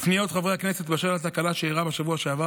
על פניות חברי הכנסת בשל התקלה שאירעה בשבוע שעבר